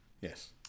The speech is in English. Yes